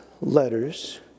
letters